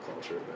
culture